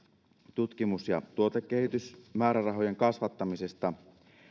tutkimus ja tuotekehitysmäärärahojen kasvattamisesta